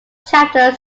chapter